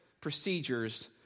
procedures